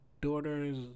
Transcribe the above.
daughter's